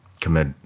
commit